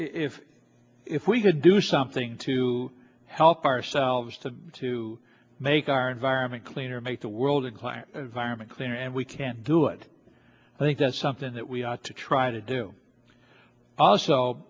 if if we could do something to help ourselves to to make our environment cleaner make the world acquire vironment cleaner and we can do it i think that's something that we ought to try to do also